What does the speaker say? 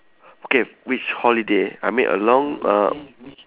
okay which holiday I mean along uh